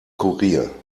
kurier